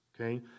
Okay